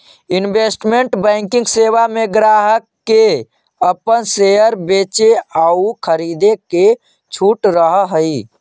investment banking सेवा में ग्राहक के अपन शेयर बेचे आउ खरीदे के छूट रहऽ हइ